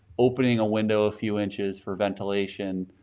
opening a window a few inches for ventilation,